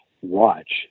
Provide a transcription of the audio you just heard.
watch